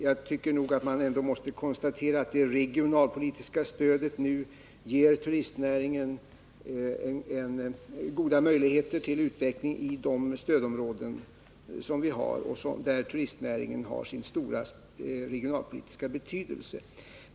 Jag tycker att man ändå måste konstatera att det regionalpolitiska stödet ger turistnäringen goda möjligheter till utveckling i de stödområden vi har, där turistnäringen har sin stora regionalpolitiska betydelse.